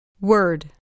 Word